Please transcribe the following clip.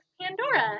Pandora